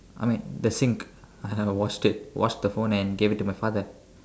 I mean the sink I washed it washed the phone and gave it to my father